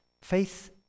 Faith